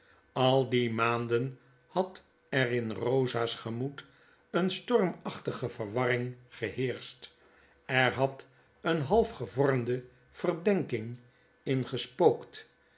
al die maanden had er in rosa's gemoed een stormachtige verwarring geheerscht er had een half gevormde verdenking in gespookt